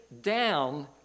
down